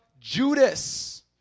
Judas